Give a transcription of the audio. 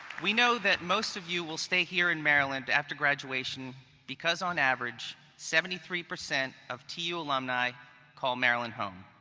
we know that most of you will stay here in maryland after graduation because, on average, seventy three percent of tu alumni call maryland home.